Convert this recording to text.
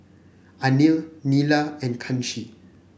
Anil Neila and Kanshi